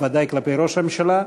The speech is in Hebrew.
בוודאי כלפי ראש הממשלה.